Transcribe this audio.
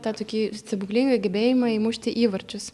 tą tokį stebuklingą gebėjimą įmušti įvarčius